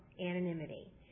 anonymity